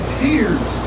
tears